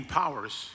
powers